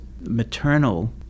maternal